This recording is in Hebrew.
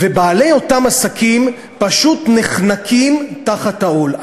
ובעלי אותם עסקים פשוט נחנקים תחת העול.